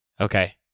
Okay